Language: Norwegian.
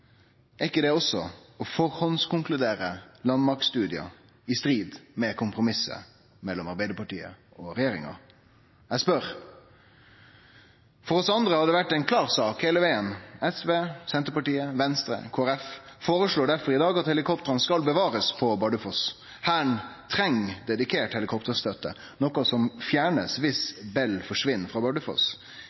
er ikkje det også å førehandskonkludere med landmaktstudien, i strid med kompromisset mellom Arbeidarpartiet og regjeringa? – Eg spør. For oss andre har det vore ei klar sak heile vegen. SV, Senterpartiet, Venstre og Kristeleg Folkeparti føreslår difor i dag at helikoptera skal bevarast på Bardufoss, Hæren treng dedikert helikopterstøtte, noko som blir fjerna viss Bell forsvinn frå